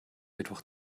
mittwoch